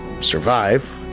survive